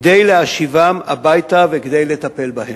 כדי להשיבם הביתה וכדי לטפל בהם.